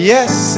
Yes